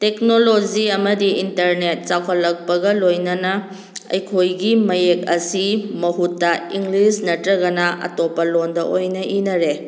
technology ꯑꯃꯗꯤ internet ꯆꯥꯎꯈꯠꯂꯛꯄꯒ ꯂꯣꯏꯅꯅ ꯑꯩꯈꯣꯏꯒꯤ ꯃꯌꯦꯛ ꯑꯁꯤ ꯃꯍꯨꯠꯇ ꯏꯪꯂꯤꯁ ꯅꯠꯇ꯭ꯔꯒꯅ ꯑꯇꯣꯞꯄ ꯂꯣꯟꯗ ꯑꯣꯏꯅ ꯏꯅꯔꯦ